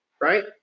right